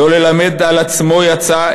לא ללמד על עצמו יצא,